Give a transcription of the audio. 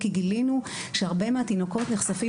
כי גילינו שהרבה מהתינוקות נחשפים